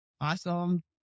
Awesome